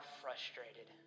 frustrated